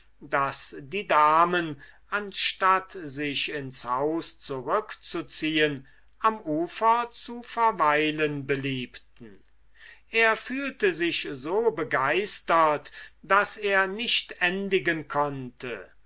daß die damen anstatt sich ins haus zurückzuziehen am ufer zu verweilen beliebten er fühlte sich so begeistert daß er nicht endigen konnte